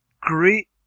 great